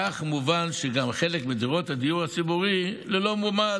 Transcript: כך מובן שגם חלק מדירות הדיור הציבורי ללא ממ"ד,